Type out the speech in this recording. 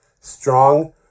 strong